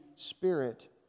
spirit